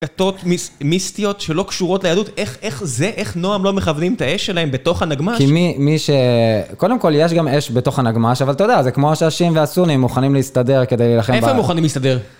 כתות מיסטיות שלא קשורות ליהדות, איך זה, איך נועם לא מכוונים את האש שלהם בתוך הנגמש? כי מי ש... קודם כל יש גם אש בתוך הנגמש, אבל אתה יודע, זה כמו השיעים והסונים, מוכנים להסתדר כדי להילחם ב... איפה הם מוכנים להסתדר?